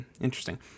interesting